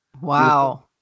Wow